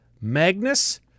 Magnus